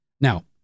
Now